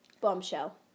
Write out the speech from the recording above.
Bombshell